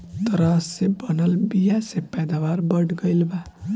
तरह से बनल बीया से पैदावार बढ़ गईल बा